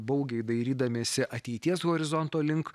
baugiai dairydamiesi ateities horizonto link